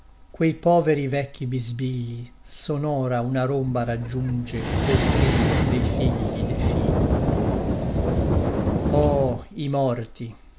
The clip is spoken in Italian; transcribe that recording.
quei poveri vecchi bisbigli sonora una romba raggiunge col trillo dei figli de figli oh i morti